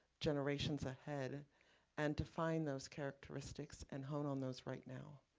generations ahead and define those characteristics and hone on those right now.